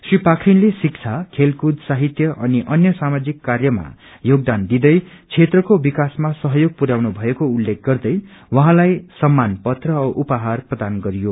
श्री पाखरिले शिक्षा खेलकूद साहित्य अनि अन्य सामाजिक कार्यमा योगदान दिदै क्षेत्रको विकासमा सहयोग पुरयउनु भएको उत्सो गर्दै उहाँलाई सम्मान पत्र औ उपहार प्रदान गरियो